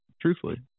truthfully